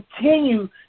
continue